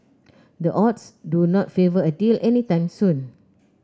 the odds do not favour a deal any time soon